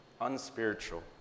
unspiritual